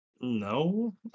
No